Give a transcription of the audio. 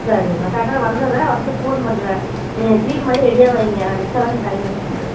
சரிங்கம்மா கரெக்டாக நான் வந்துடுறேன் வந்துட்டு ஃபோன் பண்ணுறேன் நீங்கள் கிளீன் பண்ணி ரெடியாக வைங்க நான் நிற்கலாம் எனக்கு டைம் இருக்காது